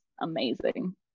amazing